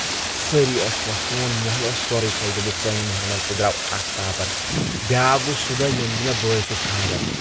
سٲری ٲسۍ خۄش سون موہل اوس سورُے خۄش دوٚپُکھ سانہِ مولہٕ منٛز تہِ درٛاو اکھ ٹاپر بیاکھ گوٚو سُہ دۄہ ییٚمہِ دۄہ مےٚ بٲیس اوس خانٛدر